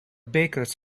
bakers